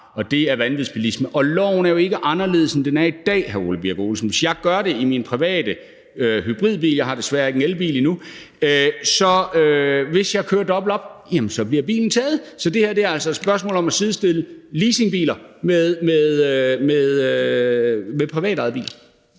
og det er vanvidsbilisme. Loven er jo ikke anderledes, end sådan som det er i dag, hr. Ole Birk Olesen. Hvis jeg gør det i min private hybridbil – jeg har desværre ikke en elbil endnu – altså kører dobbelt op, jamen så bliver bilen taget. Så det her er altså spørgsmålet om at sidestille leasingbiler med privatejede biler.